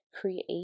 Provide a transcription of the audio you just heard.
create